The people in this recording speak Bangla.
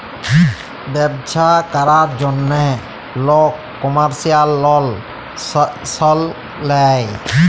ব্যবছা ক্যরার জ্যনহে লক কমার্শিয়াল লল সল লেয়